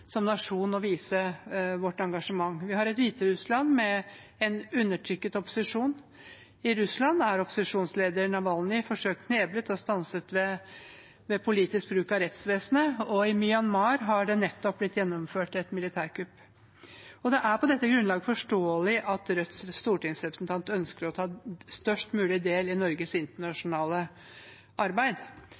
som nasjon å vise vårt engasjement. Vi har Hviterussland, med en undertrykket opposisjon, i Russland er opposisjonslederen Navalnyj forsøkt kneblet og stanset ved politisk bruk av rettsvesenet, og i Myanmar har det nettopp blitt gjennomført et militærkupp. Det er på dette grunnlag forståelig at Rødts stortingsrepresentant ønsker å ta størst mulig del i Norges internasjonale arbeid,